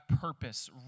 purpose